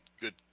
good